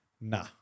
nah